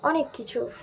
অনেক কিছু